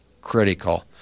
critical